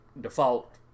default